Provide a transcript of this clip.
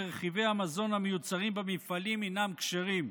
ורכיבי המזון המיוצרים במפעלים הינם כשרים.